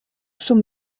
sommes